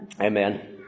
Amen